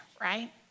right